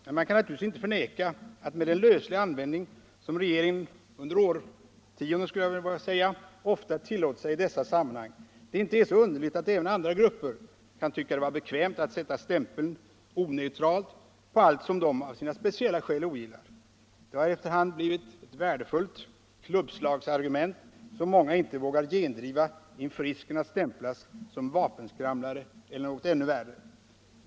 Men man kan naturligtvis inte förneka att det, med den lösliga argumentering som regeringen ofta — under årtionden, skulle jag vilja säga — tillåtit sig i dessa sammanhang, inte är så underligt att även andra grupper kan tycka det vara bekvämt att sätta stämpeln ”oneutralt” på allt som de av sina speciella skäl ogillar. Det har efter hand blivit ett värdefullt klubbslagsargument, som många inte vågar genomdriva inför risken att stämplas som vapenskramlare eller något ännu värre.